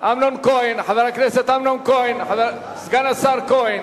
חבר הכנסת אמנון כהן, סגן השר כהן,